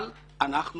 אבל, אנחנו